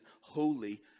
holy